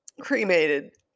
cremated